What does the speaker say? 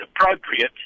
appropriate